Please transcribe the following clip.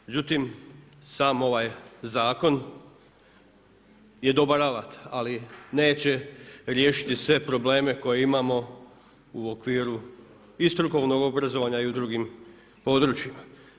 Međutim, sam ovaj zakon, je dobar alat, ali neće riješiti sve probleme koje imamo u okviru i strukovnog obrazovanja i u drugim područjima.